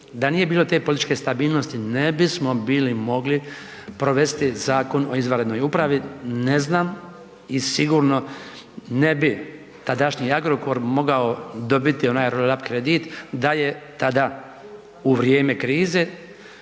da nije bilo te političke stabilnosti ne bismo bili mogli provesti Zakon o izvanrednoj upravi. Ne znam i sigurno ne bi tadašnji Agrokor mogao dobiti onaj roll up kredit da je tada u vrijeme krize,